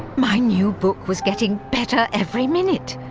my new book was getting better every minute!